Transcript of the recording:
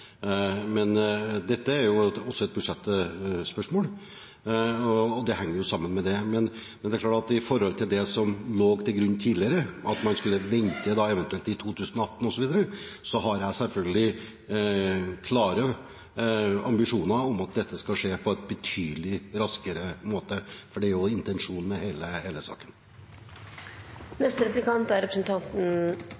men det er iverksatt gjennom at vi har endret dette forholdet, og at man skal få umiddelbart opphold. Dette er også et budsjettspørsmål, og det henger sammen med det. Men det er klart at i forhold til det som lå til grunn tidligere, at man eventuelt skulle vente til 2018 osv., har jeg selvfølgelig klare ambisjoner om at dette skal skje betydelig raskere. For det er jo intensjonen med hele